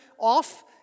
off